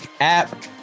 app